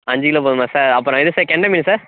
அஞ்சு கிலோ போதும்மா சார் அப்பறம் இது சார் கெண்டை மீன் சார்